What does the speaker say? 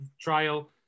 Trial